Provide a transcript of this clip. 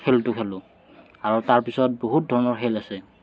খেলটো খেলোঁ আৰু তাৰ পাছত বহুত ধৰণৰ খেল আছে